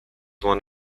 one